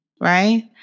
right